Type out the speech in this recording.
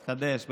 תתחדש,